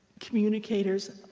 communicators,